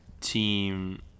team